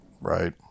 Right